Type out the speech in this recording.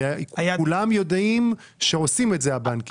וכולם יודעים שעושים את זה הבנקים.